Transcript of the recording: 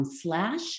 slash